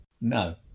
No